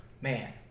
Man